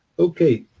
okay.